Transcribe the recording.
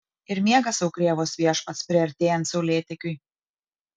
ir miega sau krėvos viešpats priartėjant saulėtekiui